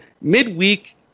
midweek